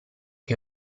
che